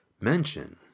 mention